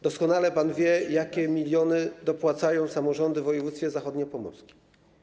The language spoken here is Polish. Doskonale pan wie, jakie miliony dopłacają samorządy w województwie zachodniopomorskim.